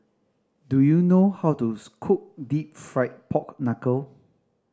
do you know how cook Deep Fried Pork Knuckle